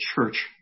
Church